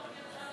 נתקבל.